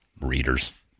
Readers